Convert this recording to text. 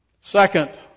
Second